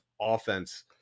offense